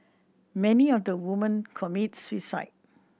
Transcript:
many of the woman commit suicide